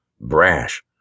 brash